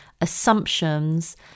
assumptions